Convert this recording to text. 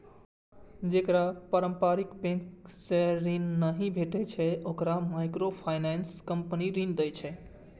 जेकरा पारंपरिक बैंकिंग सं ऋण नहि भेटै छै, ओकरा माइक्रोफाइनेंस कंपनी ऋण दै छै